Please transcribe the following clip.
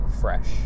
fresh